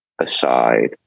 aside